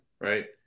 right